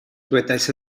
dywedais